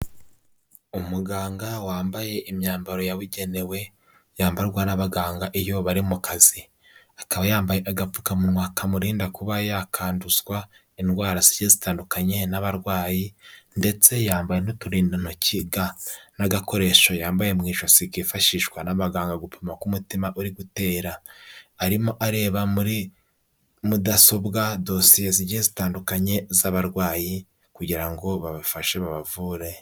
Umuganga wambaye imyambaro yabugenewe, yambarwa n'abaganga iyo bari mu kazi. Akaba yambaye agapfukamunwa kamurinda kuba yakanduzwa, indwara zigiye zitandukanye n'abarwayi, ndetse yambaye n'uturindantoki ga, n'agakoresho yambaye mu ijosi kifashishwa n'abaganga gupima ko umutima uri gutera. Arimo areba muri mudasobwa dosiye zigiye zitandukanye z'abarwayi kugira ngo babafashe babavure.